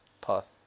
path